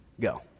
go